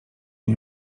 nie